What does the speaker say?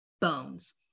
bones